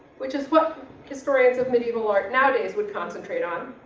which is what historians of medieval art nowadays would concentrate on,